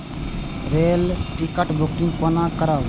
Rail ticket booking कोना करब?